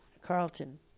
Carlton